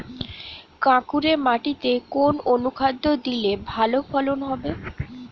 কাঁকুরে মাটিতে কোন অনুখাদ্য দিলে ভালো ফলন হবে?